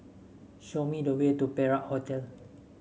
show me the way to Perak Hotel